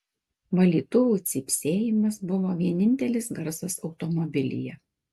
valytuvų cypsėjimas buvo vienintelis garsas automobilyje